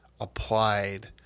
applied